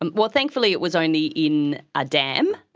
and well, thankfully it was only in a dam,